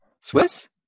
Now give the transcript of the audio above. Swiss